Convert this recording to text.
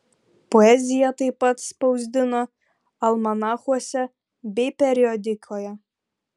poeziją taip pat spausdino almanachuose bei periodikoje